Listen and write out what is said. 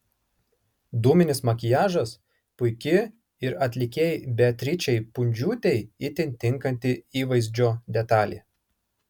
dūminis makiažas puiki ir atlikėjai beatričei pundžiūtei itin tinkanti įvaizdžio detalė